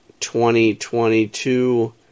2022